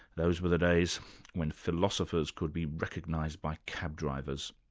those were the days when philosophers could be recognised by cab drivers.